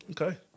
okay